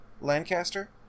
Lancaster